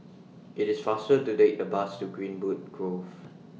IT IS faster to Take The Bus to Greenwood Grove